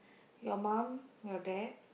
your mum your dad